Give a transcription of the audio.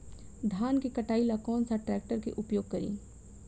धान के कटाई ला कौन सा ट्रैक्टर के उपयोग करी?